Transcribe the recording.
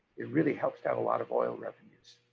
it really helps to have a lot of oil revenues.